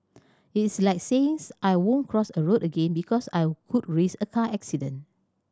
it is like saying I won't cross a road again because I could risk a car accident